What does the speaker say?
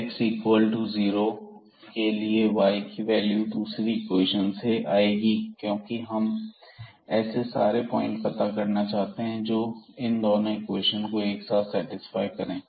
x equal to zero के लिए y की वैल्यू दूसरी इक्वेशन से आएगी क्योंकि हम ऐसे सारे पॉइंट पता करना चाहते हैं जो दोनों इक्वेशन को एक साथ सेटिस्फाई करें